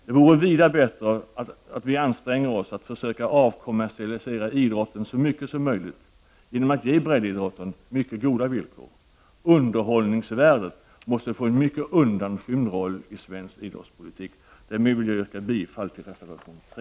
Det vore vida bättre att vi ansträngde oss för att avkommersialisera idrotten så mycket som möjligt, genom att ge breddidrotten mycket goda villkor. Underhållningsvärdet måste få en mycket undanskymd roll i svensk idrottspolitik. Därmed vill jag yrka bifall till reservation 3.